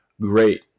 great